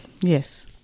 yes